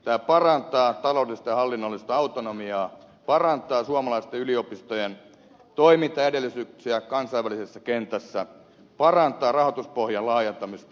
tämä parantaa taloudellista ja hallinnollista autonomiaa parantaa suomalaisten yliopistojen toimintaedellytyksiä kansainvälisessä kentässä parantaa rahoituspohjan laajentamista